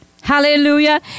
Hallelujah